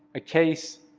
a case,